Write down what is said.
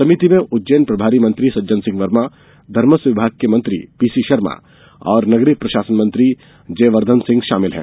समिति में उज्जैन प्रभारी मंत्री संज्जन सिंह वर्मा धर्मस्व विभाग के मंत्री पीसी शर्मा और नगरीय प्रशासन मंत्री जयवर्धन सिंह शामिल हैं